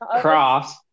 Cross